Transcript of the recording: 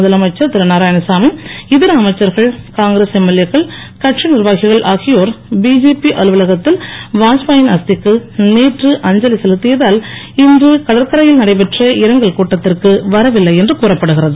முதலமைச்சர் திரு நாராயணசாமி இதர அமைச்சர்கள் காங்கிரஸ் எம்எல்ஏ க்கள் கட்சி நிர்வாகிகள் ஆகியோர் பிஜேபி அலுவலகத்தில் வாஜ்பாயின் அஸ்திக்கு நேற்று அஞ்சலி செலுத்தியதால் இன்று கடற்கரையில் நடைபெற்ற இரங்கல் கூட்டத்திற்கு வரவில்லை என்று கூறப்படுகிறது